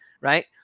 Right